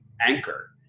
anchor